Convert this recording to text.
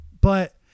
but-